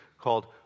called